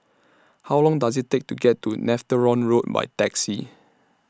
How Long Does IT Take to get to Netheravon Road By Taxi